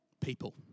People